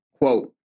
Quote